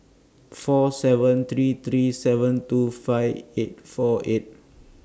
four seven three three seven two five eight four eight